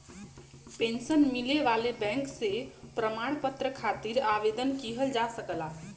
pension मिले वाले bank से प्रमाण पत्र खातिर आवेदन किहल जा सकला